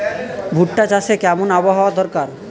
ভুট্টা চাষে কেমন আবহাওয়া দরকার?